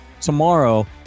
tomorrow